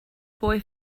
boy